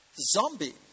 zombie